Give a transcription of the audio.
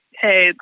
hey